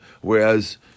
Whereas